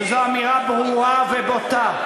שזו אמירה ברורה ובוטה,